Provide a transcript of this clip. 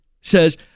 says